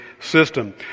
system